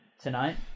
tonight